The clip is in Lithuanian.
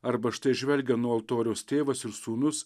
arba štai žvelgia nuo altoriaus tėvas ir sūnus